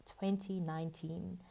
2019